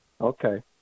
Okay